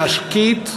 להשקיט,